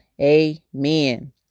Amen